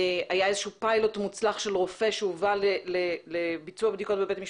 היה איזה שהוא פיילוט מוצלח של רופא שהובא לביצוע בדיקות בבית משפט,